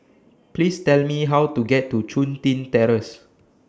Please Tell Me How to get to Chun Tin Terrace